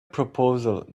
proposal